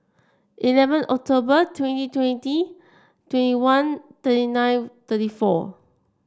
eleven October twenty twenty twenty one thirty nine thirty four